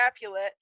Capulet